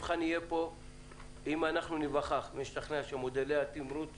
אם אנחנו ניווכח ונשתכנע שמודלי התמרוץ